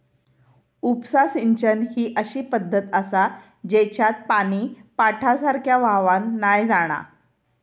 उपसा सिंचन ही अशी पद्धत आसा जेच्यात पानी पाटासारख्या व्हावान नाय जाणा